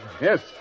Yes